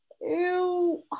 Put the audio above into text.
Ew